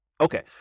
Okay